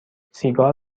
سیگار